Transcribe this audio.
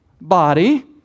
body